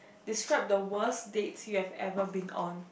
describe the worst date you've ever been on